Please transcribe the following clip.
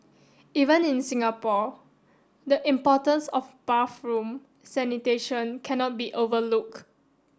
even in Singapore the importance of bathroom sanitation cannot be overlook